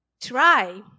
Try